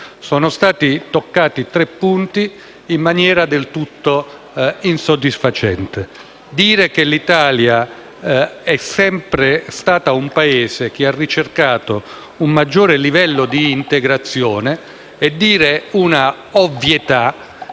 Sono stati toccati tre punti in maniera del tutto insoddisfacente. Dire che l'Italia è sempre stata un Paese che ha ricercato un maggior livello di integrazione è dire un'ovvietà